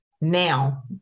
now